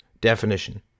definition